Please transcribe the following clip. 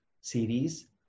series